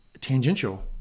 tangential